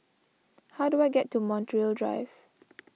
how do I get to Montreal Drive